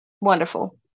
Wonderful